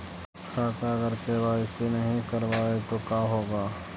खाता अगर के.वाई.सी नही करबाए तो का होगा?